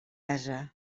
ase